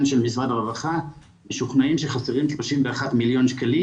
של משרד הרווחה משוכנעים שחסרים 31 מיליון שקלים